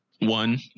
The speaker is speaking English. one